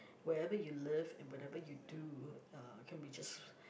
wherever you live and whatever you do uh can be just